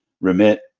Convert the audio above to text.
remit